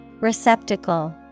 Receptacle